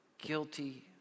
guilty